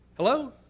Hello